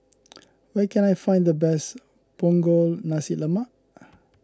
where can I find the best Punggol Nasi Lemak